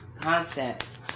concepts